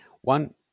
One